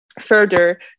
further